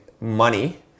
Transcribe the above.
money